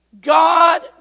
God